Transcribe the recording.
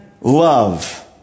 love